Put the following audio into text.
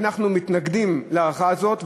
אנחנו מתנגדים להארכה הזאת.